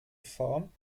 form